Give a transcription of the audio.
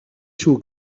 шүү